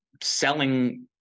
selling